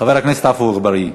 חבר הכנסת עפו אגבאריה.